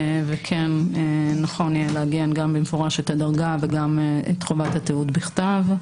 וכן נכון יהיה לעגן גם במפורש את הדרגה וגם את חובת התיעוד בכתב.